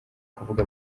kuvuga